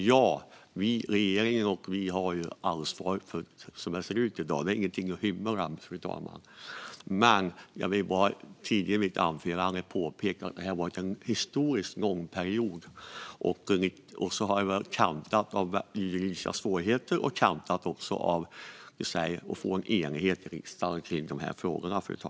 Ja, regeringen och vi har ansvar för hur det ser ut. Det är inget att hymla om, fru talman. Tidigare i mitt anförande ville jag bara påpeka att det har pågått under en historiskt lång period som varit kantad av vissa svårigheter. Det har också varit svårt att få en enighet i riksdagen om frågorna.